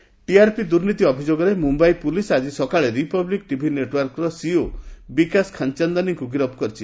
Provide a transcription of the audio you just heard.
TRP scam TRP ଦୁର୍ନୀତି ଅଭିଯୋଗରେ Mumbai police ଆଜି ସକାଳେ ରିପବ୍ଲିକ୍ ଟିଭି ନେଟ୍ୱାର୍କର ସିଇଓ ବିକାଶ ଖାନ୍ଚନ୍ଦାନୀଙ୍କୁ ଗିରଫ କରିଛି